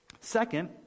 Second